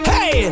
Hey